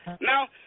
Now